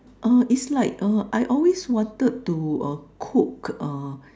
uh it's like uh I always wanted to uh cook uh